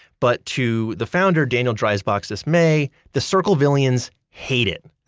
but to the founder, daniel dreisbach's dismay, the circlevillians hate it.